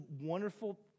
wonderful